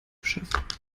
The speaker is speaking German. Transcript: geschafft